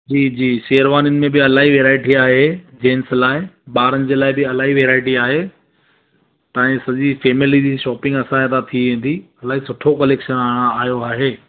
जी जी शेरवानिनि में बि इलाही वेराएटी आहे जेंट्स लाइ ॿारनि जे लाइ बि इलाही वेराएटी आहे तव्हांजी सॼी फेमिली जी शोपिंग असांजे हितां थी वेंदी इलाही सुठो कलेक्शन हाणे आयो आहे